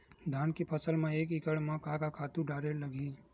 धान के फसल म एक एकड़ म का का खातु डारेल लगही?